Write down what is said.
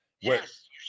Yes